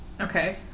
Okay